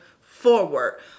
forward